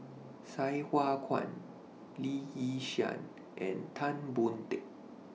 Sai Hua Kuan Lee Yi Shyan and Tan Boon Teik